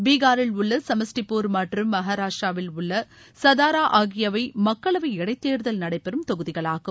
பீகாரில் உள்ள சமஸ்டிப்பூர் மற்றும் மகாராஷட்ராவில் உள்ள சதாரா ஆகியவை மக்களவைக்கு இடைத்தேர்தல் நடைபெறும் தொகுதிகளாகும்